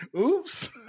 Oops